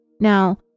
Now